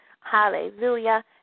Hallelujah